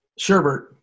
Sherbert